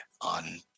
on